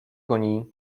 koní